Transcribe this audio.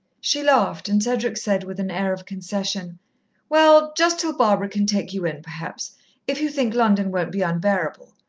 she laughed, and cedric said, with an air of concession well, just till barbara can take you in, perhaps if you think london won't be unbearable.